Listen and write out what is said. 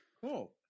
Cool